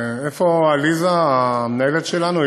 איפה עליזה, המנהלת שלנו?